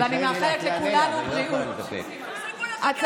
תשמרי את הזעזוע המזויף לאחר כך.